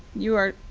you are